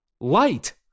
light